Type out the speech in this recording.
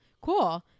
Cool